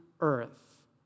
earth